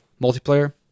multiplayer